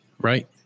right